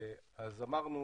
אז אמרנו